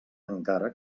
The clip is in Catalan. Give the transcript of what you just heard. encara